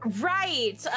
Right